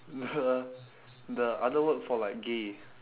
the the other word for like gay